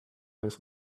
this